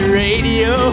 radio